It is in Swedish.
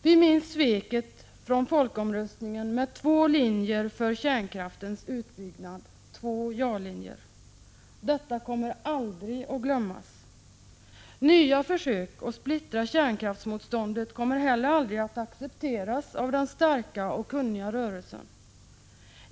Vi minns sveket från folkomröstningen med två linjer för kärnkraftsutbyggnad, två ja-linjer. Detta kommer aldrig att glömmas. Nya försök att splittra kärnkraftsmotståndet kommer heller aldrig att accepteras av en stark och kunnig rörelse.